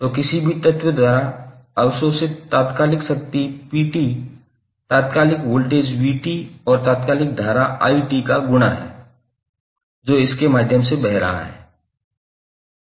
तो किसी भी तत्व द्वारा अवशोषित तात्कालिक शक्ति 𝑝𝑡 तात्कालिक वोल्टेज 𝑣 𝑡 और तात्कालिक धारा 𝑖𝑡 का गुणा है जो इसके माध्यम से बह रहा है